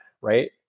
right